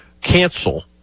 cancel